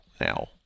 now